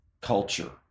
culture